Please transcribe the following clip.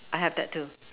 I have that two